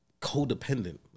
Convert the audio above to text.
codependent